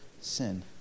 Sin